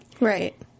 Right